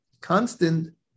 constant